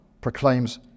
proclaims